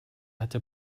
hatte